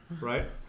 right